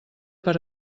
per